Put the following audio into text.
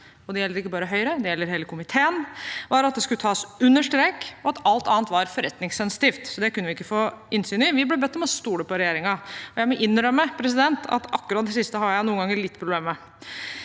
og det gjelder ikke bare Høyre, det gjelder hele komiteen – var at det skulle tas under strek, og at alt annet var forretningssensitivt, så det kunne vi ikke få innsyn i. Vi ble bedt om å stole på regjeringen. Jeg må innrømme at akkurat det siste har jeg noen ganger litt problemer med.